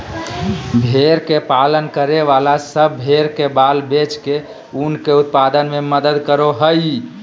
भेड़ के पालन करे वाला सब भेड़ के बाल बेच के ऊन के उत्पादन में मदद करो हई